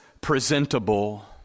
presentable